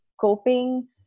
coping